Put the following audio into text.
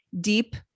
deep